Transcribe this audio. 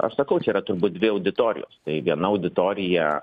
aš sakau čia yra turbūt dvi auditorijos tai viena auditorija